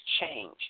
change